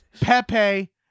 pepe